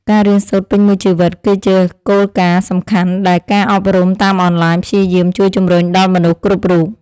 ការរៀនសូត្រពេញមួយជីវិត គឺជាគោលការណ៍សំខាន់ដែលការអប់រំតាមអនឡាញព្យាយាមជួយជំរុញដល់មនុស្សគ្រប់រូប។